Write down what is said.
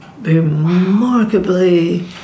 remarkably